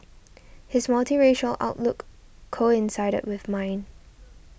his multiracial outlook coincided with mine